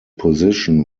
position